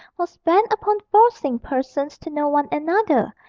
was bent upon forcing persons to know one another,